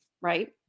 right